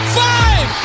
five